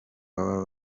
baba